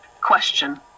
Question